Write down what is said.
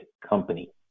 company